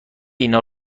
اینا